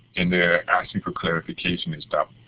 and they are asking for clarification and stuff.